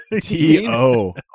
t-o